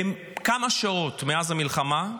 כמה שעות מאז המלחמה,